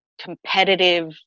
competitive